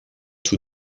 tout